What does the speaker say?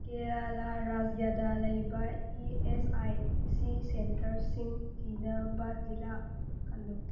ꯀꯦꯔꯂꯥ ꯔꯥꯖ꯭ꯌꯗ ꯂꯩꯕ E S I C ꯁꯦꯟꯇꯔꯁꯤꯡ ꯊꯤꯅꯕ ꯖꯤꯜꯂꯥ ꯈꯜꯂꯨ